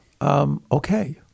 Okay